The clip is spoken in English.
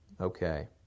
Okay